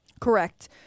Correct